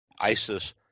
Isis